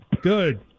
Good